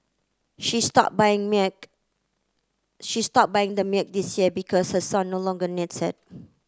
she stopped buying milk she stopped buying the milk this year because her son no longer needs it